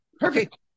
Perfect